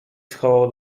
schował